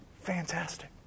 Fantastic